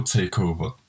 Takeover